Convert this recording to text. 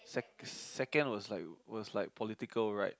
sec second was like was like political right